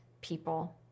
people